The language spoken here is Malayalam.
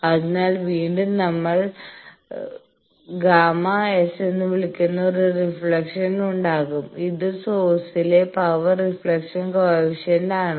അതിനാൽ വീണ്ടും നമ്മൾ ΓS എന്ന് വിളിക്കുന്ന ഒരു റിഫ്ലക്ഷൻ ഉണ്ടാകും ഇത് സോഴ്സിലെ പവർ റിഫ്ലക്ഷൻ കോയെഫിഷ്യന്റ് ആണ്